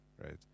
right